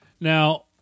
Now